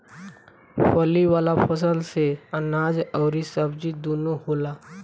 फली वाला फसल से अनाज अउरी सब्जी दूनो होला